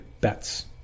bets